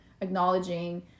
acknowledging